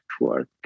network